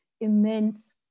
immense